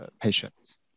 patients